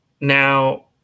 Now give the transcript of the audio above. Now